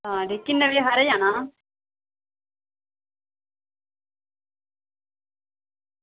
आं ते किन्ने बजे हारे जाना